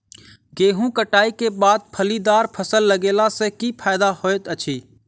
गेंहूँ कटाई केँ बाद फलीदार फसल लगेला सँ की फायदा हएत अछि?